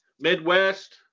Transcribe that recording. Midwest